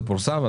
זה פורסם.